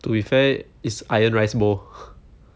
to be fair it's iron rice bowl